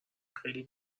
خیلی